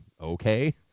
Okay